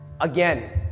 again